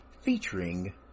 featuring